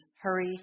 Hurry